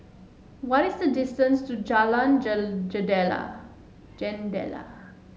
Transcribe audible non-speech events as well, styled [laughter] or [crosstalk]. what is the distance to Jalan [unintelligible] Jendela Jendela